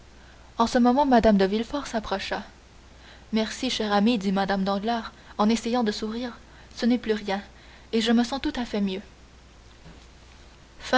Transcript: en ce moment mme de villefort s'approcha merci chère amie dit mme danglars en essayant de sourire ce n'est plus rien et je me sens tout à fait mieux